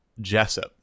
Jessup